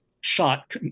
shot